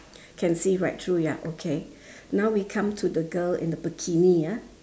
can see right through ya okay now we come to the girl in the bikini ah